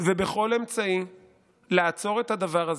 וכל אמצעי לעצור את הדבר הזה.